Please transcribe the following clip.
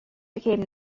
became